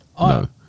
No